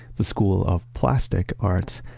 the school of plastic arts,